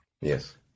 Yes